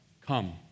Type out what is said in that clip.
Come